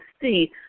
see